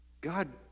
god